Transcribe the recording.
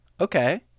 Okay